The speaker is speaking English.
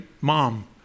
Mom